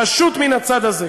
פשוט מן הצד הזה.